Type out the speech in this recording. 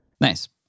Nice